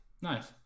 Nice